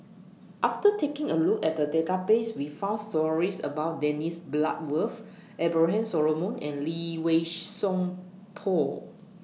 after taking A Look At The Database We found stories about Dennis Bloodworth Abraham Solomon and Lee Wei Song Paul